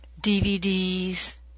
DVDs